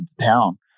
town